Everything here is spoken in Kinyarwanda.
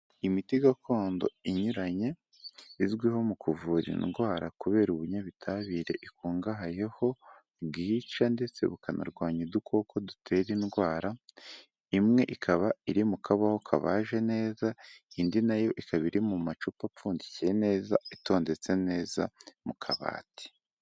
Imiti gakondo inyuranye, izwiho mu kuvura indwara kubera ubunyabutabire ikungahayeho, bwica ndetse bukanarwanya udukoko dutera indwara, imwe ikaba iri mu kabaho kabaje neza, indi nayo ikaba iri mu macupa apfundikiye neza, itondetse neza, mu kabati.